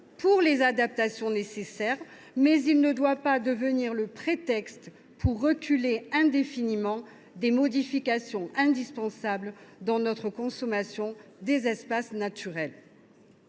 aux adaptations nécessaires, mais il ne doit pas devenir le prétexte pour différer indéfiniment des modifications indispensables dans notre consommation d’espaces naturels.